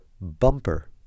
Bumper